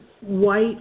white